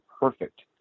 perfect